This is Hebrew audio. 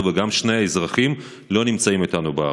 וגם שני האזרחים לא נמצאים איתנו בארץ.